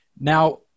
Now